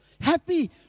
Happy